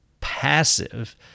passive